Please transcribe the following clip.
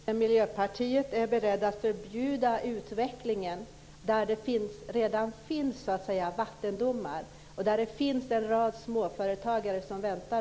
Fru talman! Innebär det att Miljöpartiet är berett att förbjuda utvecklingen där det redan finns vattendomar och det finns en rad småföretagare som väntar?